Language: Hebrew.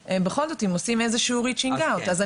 אם בכל זאת עושים reaching out.